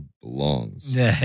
belongs